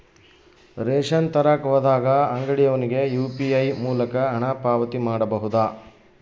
Ration ತರಕ ಹೋದಾಗ ಅಂಗಡಿಯವನಿಗೆ ಯು.ಪಿ.ಐ ಮೂಲಕ ಹಣ ಪಾವತಿ ಮಾಡಬಹುದಾ?